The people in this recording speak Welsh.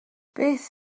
beth